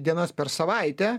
dienas per savaitę